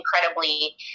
incredibly